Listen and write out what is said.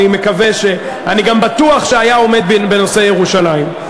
אני מקווה, אני גם בטוח שהיה עומד בנושא ירושלים.